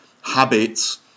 habits